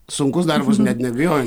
sunkus darbas net neabejoju